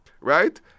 right